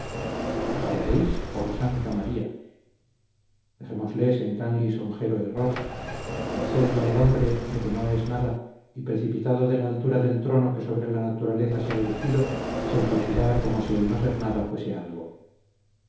acabaréis por santa maría dejémosles en tan lisonjero error convencedle al hombre de que no es nada y precipitado de la altura del trono que sobre la naturaleza se ha erigido se afligirá como si el no ser nada fuese algo